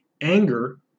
anger